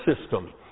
system